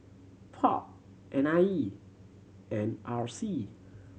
POP N I E and R C